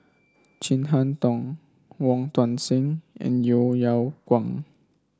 Chin Harn Tong Wong Tuang Seng and Yeo Yeow Kwang